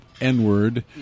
N-word